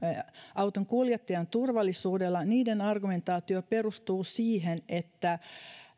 auton kuljettajan turvallisuudella argumentaatio perustuu siihen että